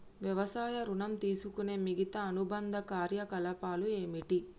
వ్యవసాయ ఋణం తీసుకునే మిగితా అనుబంధ కార్యకలాపాలు ఏమిటి?